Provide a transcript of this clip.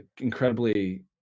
incredibly